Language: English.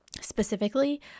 Specifically